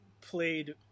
played